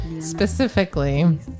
specifically